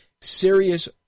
serious